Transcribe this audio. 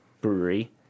Brewery